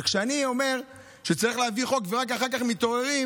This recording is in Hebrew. וכשאני אומר שצריך להביא חוק ורק אחר כך מתעוררים,